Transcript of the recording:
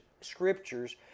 scriptures